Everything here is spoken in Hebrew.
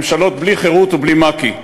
ממשלות בלי חרות ובלי מק"י.